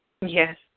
Yes